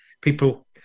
People